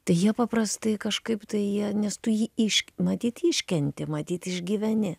tai jie paprastai kažkaip tai jie nes tu jį iš matyt iškenti matyt išgyveni